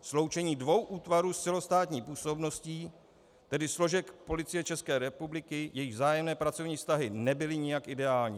Sloučení dvou útvarů s celostátní působností, tedy složek Policie České republiky, jejichž vzájemné pracovní vztahy nebyly nijak ideální.